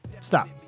Stop